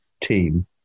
team